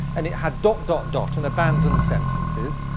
and it had dot, dot, dot, and abandoned sentences,